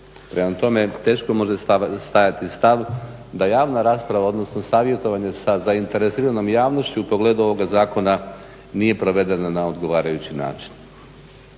Prema tome, teško može stajati stav da javna rasprava odnosno savjetovanje sa zainteresiranom javnošću u pogledu ovog zakona nije provedena na odgovarajući način.